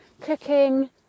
cooking